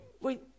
wait